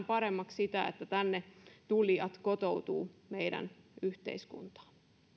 paremmaksi sitä että tänne tulijat kotoutuvat meidän yhteiskuntaamme